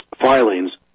filings